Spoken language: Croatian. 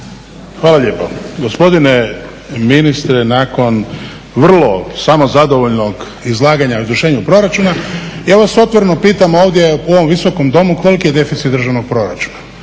Hvala lijepo. Gospodine ministre, nakon vrlo samozadovoljnog izlaganja o izvršenju proračuna ja vas otvoreno pitam ovdje u ovom visokom domu koliki je deficit državnog proračuna?